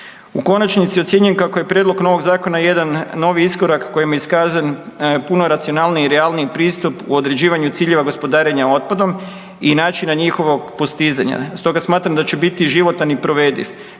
U konačnici ocjenjujem kako je prijedlog novog zakona jedan novi iskorak kojim je iskazan puno racionalniji i realniji pristup u određivanju ciljeva gospodarenja otpadom i načina njihovog postizanja. Stoga smatram da će biti životan i provediv,